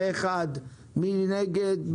מי נגד?